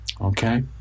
Okay